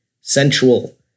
sensual